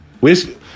Whiskey